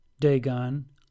Dagon